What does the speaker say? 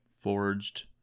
Forged